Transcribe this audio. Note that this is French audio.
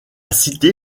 cité